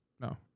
No